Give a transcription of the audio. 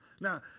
Now